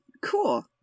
Cool